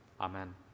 Amen